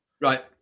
Right